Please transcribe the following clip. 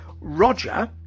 Roger